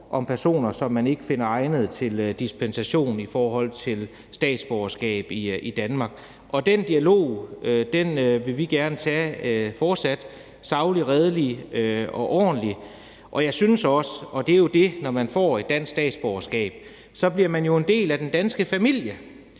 om personer, som man ikke finder egnede til dispensation i forhold til statsborgerskab i Danmark. Den dialog vil vi gerne fortsat tage sagligt og redeligt og ordentligt. Det er jo sådan, at når man får et dansk statsborgerskab, bliver man en del af den danske familie,